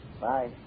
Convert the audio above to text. bye